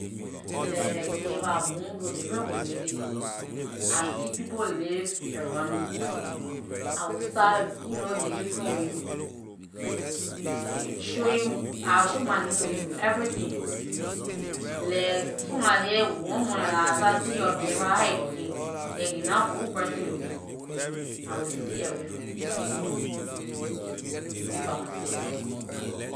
Like if I move to different community, I see people live around me. I will start- ehn you know making friend with you, show you- I will show my name to you everything. Like somebody one month like dah I start seeing yor behavior how aay looking- like you nah good person to me, I will stay away from you and be by my seh.